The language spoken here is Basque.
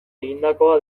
egindakoa